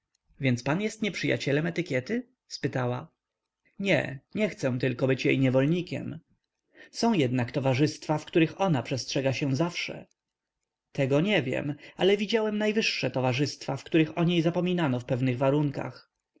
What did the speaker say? więc pan jest nieprzyjacielem etykiety spytała nie nie chcę tylko być jej niewolnikiem są jednak towarzystwa w których ona przestrzega się zawsze tego nie wiem ale widziałem najwyższe towarzystwa w których o niej zapominano w pewnych warunkach